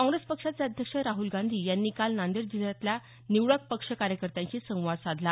काँग्रेस पक्षाचे अध्यक्ष राहुल गांधी यांनी काल नांदेड जिल्ह्यातल्या निवडक पक्ष कार्यकर्त्यांशी संवाद साधला